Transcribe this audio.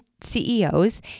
CEOs